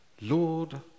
Lord